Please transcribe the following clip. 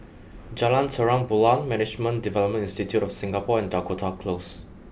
Jalan Terang Bulan Management Development Institute of Singapore and Dakota Close